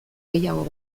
gehiago